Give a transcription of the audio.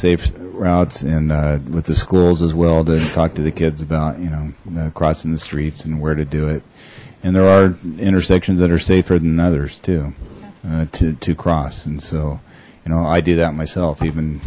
safe routes and with the schools as well to talk to the kids about you know crossing the streets and where to do it and there are intersections that are safer than others to to to cross and so you know i do that myself